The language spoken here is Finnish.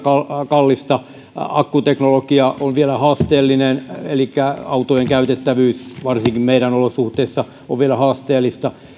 kallista ja akkuteknologia on vielä haasteellinen elikkä autojen käytettävyys varsinkin meidän olosuhteissa on vielä haasteellista